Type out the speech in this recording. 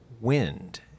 wind